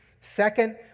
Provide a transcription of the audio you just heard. Second